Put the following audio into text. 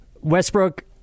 Westbrook